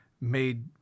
made